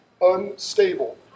unstable